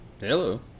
Hello